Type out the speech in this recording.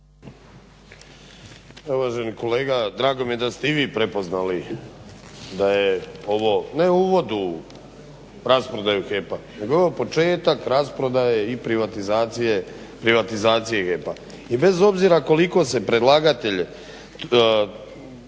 Uvaženi kolega drago mi je da ste i vi prepoznali da je ovo ne uvod u rasprodaju HEP-a nego je ovo početak rasprodaje i privatizacije HEP-a. i bez obzira koliko se predlagatelj